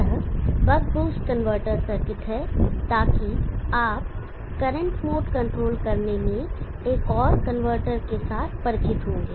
यह buck boost converter circuit है ताकि आप करंट मोड कंट्रोल करने में एक और कनवर्टर के साथ परिचित होंगे